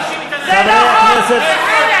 מאיר כהן,